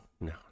no